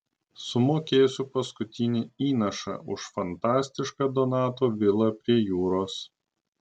sumokėsiu paskutinį įnašą už fantastišką donato vilą prie jūros